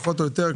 פחות או יותר,